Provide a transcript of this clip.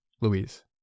Louise